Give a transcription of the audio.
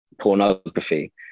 pornography